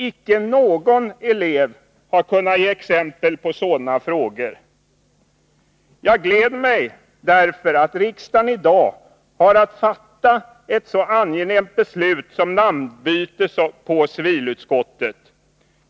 Icke någon elev har kunnat ge exempel på sådana frågor. Jag gläder mig över att riksdagen i dag har att fatta ett så angenämnt beslut som ett beslut om namnbyte på civilutskottet.